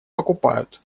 покупают